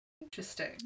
interesting